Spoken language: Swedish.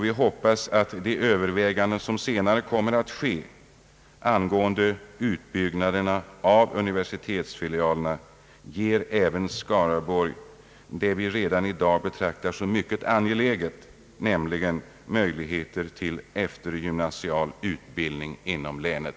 Vi hoppas att det vid de överväganden som senare kommer att ske angående utbyggnaden av universitetsfilialerna även skall bli möjligt att anordna eftergymnasial utbildning inom Skaraborgs län, något som vi i dag betraktar som mycket angeläget.